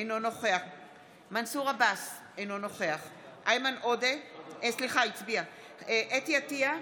אינו נוכח מנסור עבאס, אינו נוכח חוה אתי עטייה,